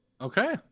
Okay